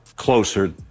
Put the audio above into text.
Closer